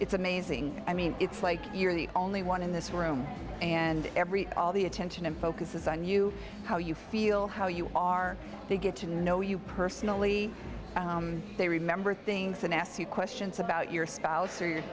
it's amazing i mean it's like you're the only one in this room and every all the attention and focus is on you how you feel how you are you get to know you personally they remember things and ask you questions about your spouse or your